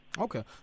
Okay